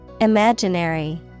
Imaginary